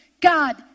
God